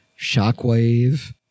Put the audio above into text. Shockwave